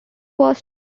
was